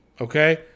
okay